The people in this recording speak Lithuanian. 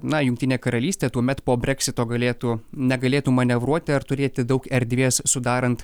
na jungtinė karalystė tuomet po breksito galėtų na galėtų manevruoti ar turėti daug erdvės sudarant